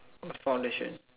what's foundation